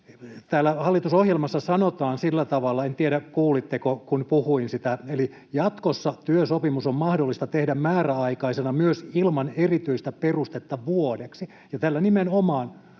Täällä hallitusohjelmassa sanotaan sillä tavalla — en tiedä, kuulitteko, kun puhuin siitä — että ”jatkossa työsopimus on mahdollista tehdä määräaikaisena myös ilman erityistä perustetta vuodeksi”. Tällä nimenomaan